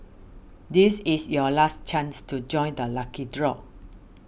this is your last chance to join the lucky draw